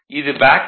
இது பேக் ஈ